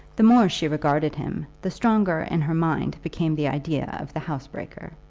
the more she regarded him, the stronger in her mind became the idea of the housebreaker.